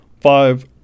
five